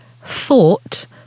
thought